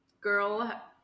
girl